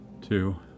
two